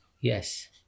Yes